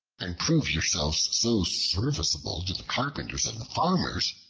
and prove yourselves so serviceable to the carpenters and the farmers,